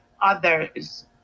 others